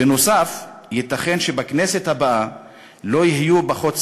בנוסף, ייתכן שבכנסת הבאה לא יהיו פחות סיעות.